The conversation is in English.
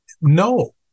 No